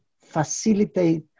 facilitate